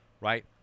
right